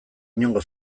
inongo